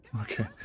Okay